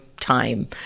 time